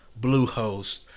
Bluehost